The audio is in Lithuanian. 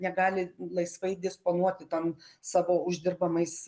negali laisvai disponuoti tom savo uždirbamais